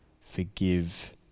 forgive